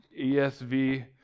ESV